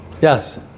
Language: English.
Yes